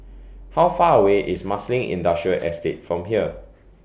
How Far away IS Marsiling Industrial Estate from here